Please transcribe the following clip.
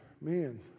man